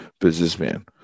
businessman